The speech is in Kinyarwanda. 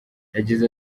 yagize